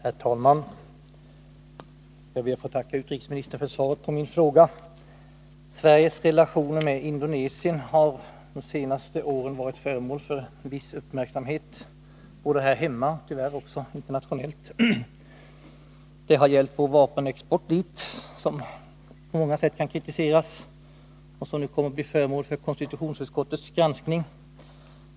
Herr talman! Jag ber att få tacka utrikesministern för svaret på min fråga. Sveriges relationer med Indonesien har de senaste åren varit föremål för viss uppmärksamhet både här hemma och — tyvärr — internationellt. Det har gällt vår vapenexport dit, som på många sätt kan kritiseras och som kommer att bli föremål för konstitutionsutskottets granskning.